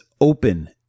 open